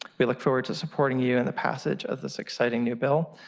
we look forward to supporting you in the passage of this exciting new bill,